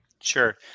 Sure